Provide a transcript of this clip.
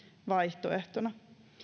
vaihtoehtona